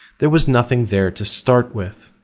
there was nothing there to start with.